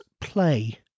play